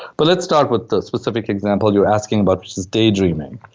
but let's start with the specific example you're asking about, which is daydreaming.